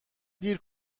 دیر